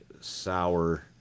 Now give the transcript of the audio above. sour